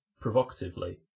provocatively